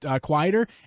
quieter